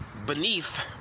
Beneath